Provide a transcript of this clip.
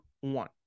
one